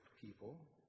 people